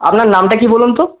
আপনার নামটা কি বলুন তো